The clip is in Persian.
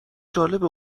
جالبه